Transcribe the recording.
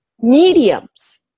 mediums